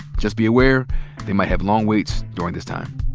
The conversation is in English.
just be aware they might have long waits during this time.